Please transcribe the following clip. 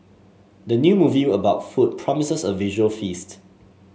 the new movie about food promises a visual feast